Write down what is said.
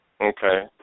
Okay